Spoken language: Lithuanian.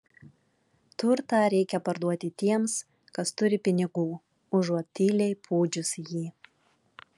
turtą reikia parduoti tiems kas turi pinigų užuot tyliai pūdžius jį